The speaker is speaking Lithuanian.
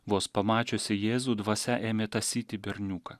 vos pamačiusi jėzų dvasia ėmė tąsyti berniuką